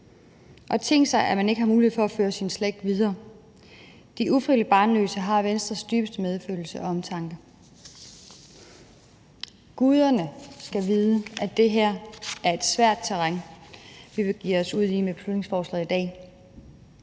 Og tænk sig, at man ikke har mulighed for at føre sin slægt videre. De ufrivilligt barnløse har Venstres dybeste medfølelse og omtanke. Guderne skal vide, at det her er et svært terræn, vi begiver os ud i med beslutningsforslaget i dag.